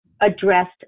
addressed